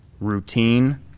routine